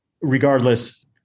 regardless